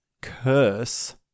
curse